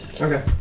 Okay